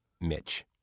Mitch